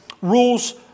rules